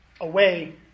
away